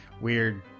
weird